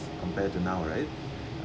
compare to now right